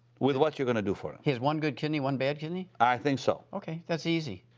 with what you're going to do for him? he has one good kidney, one bad kidney? i think so. okay. that's easy.